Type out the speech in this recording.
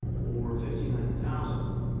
or fifty nine thousand.